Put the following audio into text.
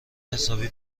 حسابی